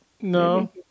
No